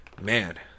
Man